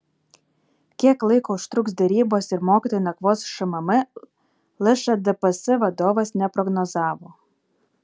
kiek laiko užtruks derybos ir mokytojai nakvos šmm lšdps vadovas neprognozavo